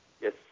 Yes